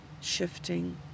shifting